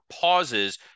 pauses